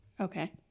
Okay